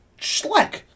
Schleck